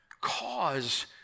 cause